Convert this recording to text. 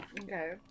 Okay